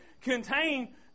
contain